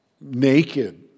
naked